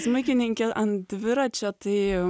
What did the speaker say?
smuikininkė an dviračio tai